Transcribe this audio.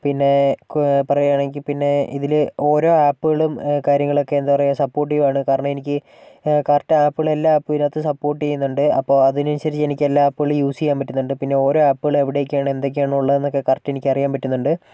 പിന്നേ കു പറയുകയാണെങ്കിൽ പിന്നെ ഇതില് ഓരോ ആപ്പുകളും കാര്യങ്ങളൊക്കെ എന്താ പറയുക സപ്പോർട്ടീവാണ് കാരണം എനിക്ക് കറക്റ്റ് ആപ്പുകളും എല്ലാ ആപ്പും ഇതിനകത്ത് സപ്പോർട്ട് ചെയ്യുന്നുണ്ട് അപ്പോൾ അതിനനുസരിച്ച് എനിക്ക് എല്ലാ ആപ്പുകളും യൂസ് ചെയ്യാൻ പറ്റുന്നുണ്ട് പിന്നെ ഓരോ ആപ്പുകളും എവിടെയൊക്കെയാണ് എന്തൊക്കെയാണ് ഉള്ളത് എന്നൊക്കെ കറക്ട് എനിക്കറിയാൻ പറ്റുന്നുണ്ട്